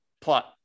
plot